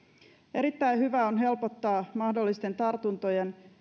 erittäin hyvä on helpottaa mahdollisten tartuntojen